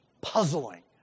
puzzling